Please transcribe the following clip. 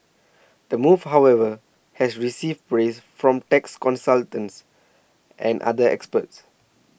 the move however has received praise from tax consultants and other experts